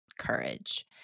courage